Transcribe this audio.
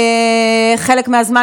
חלק מהזמן,